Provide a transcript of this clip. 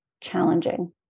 challenging